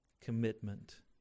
commitment